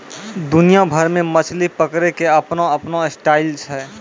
दुनिया भर मॅ मछली पकड़ै के आपनो आपनो स्टाइल छै